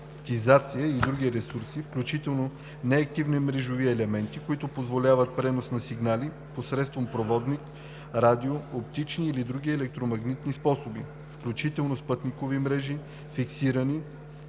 маршрутизация и други ресурси, включително неактивни мрежови елементи, които позволяват пренос на сигнали посредством проводник, радио, оптични или други електромагнитни способи, включително спътникови мрежи, фиксирани